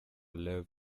live